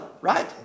right